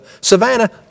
Savannah